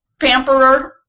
pamperer